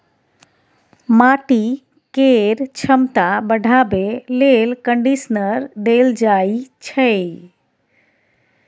माटि केर छमता बढ़ाबे लेल कंडीशनर देल जाइ छै